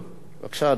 בבקשה, אדוני.